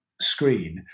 screen